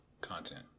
content